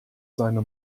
seine